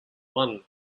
one